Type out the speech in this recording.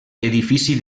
edifici